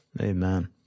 Amen